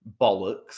bollocks